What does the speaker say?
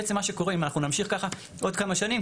בעצם מה שקורה אם אנחנו נמשיך ככה עוד כמה שנים,